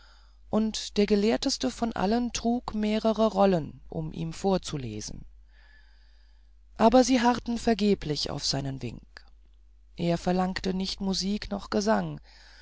und der gelehrteste von allen trug mehrere rollen um ihm vorzulesen aber sie harreten vergeblich auf seinen wink er verlangte nicht musik noch gesang